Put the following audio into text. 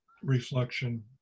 reflection